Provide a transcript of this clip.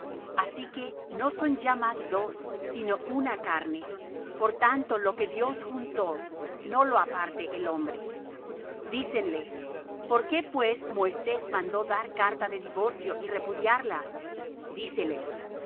así que no son ya más dos sino una carne por tanto lo que dios juntó no lo aparte el hombre dícenle por qué pues moisés mandó dar carta de divorcio y repudiarla díceles